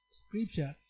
scripture